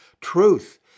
truth